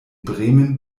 bremen